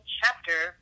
chapter